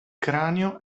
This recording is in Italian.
cranio